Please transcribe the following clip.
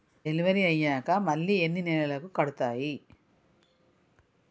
Delivery అయ్యాక మళ్ళీ ఎన్ని నెలలకి కడుతాయి?